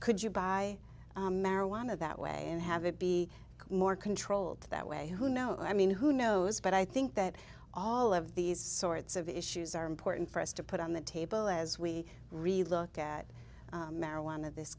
could you buy marijuana that way and have it be more controlled that way who know i mean who knows but i think that all of these sorts of issues are important for us to put on the table as we really look at marijuana this